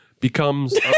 becomes